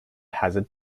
hazard